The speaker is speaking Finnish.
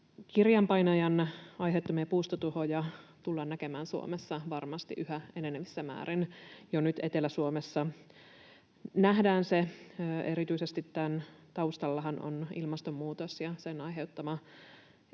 Kirjanpainajan aiheuttamia puustotuhoja tullaan näkemään Suomessa varmasti yhä enenevissä määrin. Jo nyt Etelä-Suomessa nähdään se. Erityisesti tämän taustallahan ovat ilmastonmuutos ja sen aiheuttama